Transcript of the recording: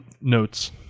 notes